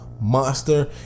Monster